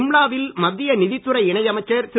சிம்லாவில் மத்திய நிதித்துறை இணையமைச்சர் திரு